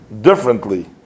differently